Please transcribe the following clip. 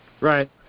Right